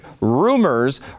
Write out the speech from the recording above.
rumors